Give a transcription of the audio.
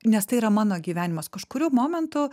nes tai yra mano gyvenimas kažkuriuo momentu